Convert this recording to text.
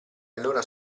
allora